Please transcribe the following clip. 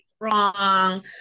wrong